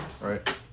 right